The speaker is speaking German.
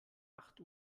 acht